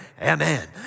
amen